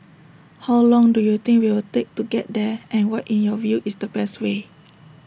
how long do you think we'll take to get there and what in your view is the best way